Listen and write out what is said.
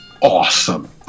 awesome